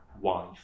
wife